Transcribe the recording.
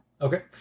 Okay